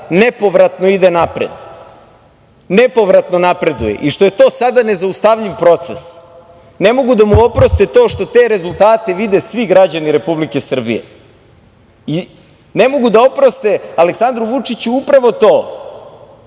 nepovratno ide napred, nepovratno napreduje, i što to sada nezaustavljiv proces. Ne mogu da mu oproste to što te rezultate vide svi građani Republike Srbije. Ne mogu da oproste Aleksandru Vučiću upravo to